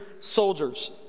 soldiers